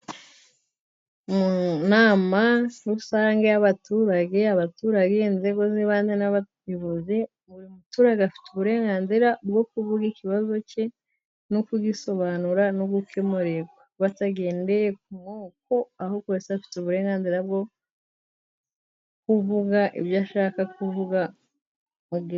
Mu nama rusange y'abaturage , abaturage , inzego z'ibanze n'abayobozi buri muturage afite uburenganzira bwo kuvuga ikibazo cye no kugisobanura no gukemurirwa ,batagendeye ku moko ahubwo buri wese afite uburenganzira bwo kuvuga ibyo ashaka kuvuga ku gihe .